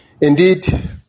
Indeed